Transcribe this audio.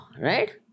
right